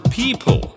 people